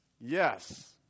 Yes